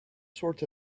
sorts